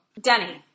Danny